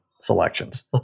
selections